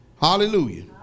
Hallelujah